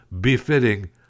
befitting